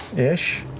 ish.